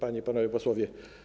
Panie i Panowie Posłowie!